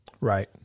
Right